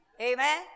Amen